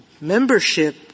membership